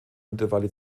mittlerweile